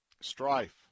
strife